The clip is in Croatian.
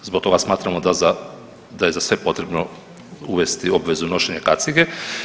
Zbog toga smatramo da je za sve potrebno uvesti obvezu nošenja kacige.